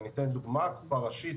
אתן דוגמה: הסדרה קופה ראשית,